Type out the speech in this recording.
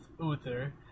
Uther